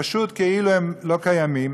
פשוט כאילו הם לא קיימים.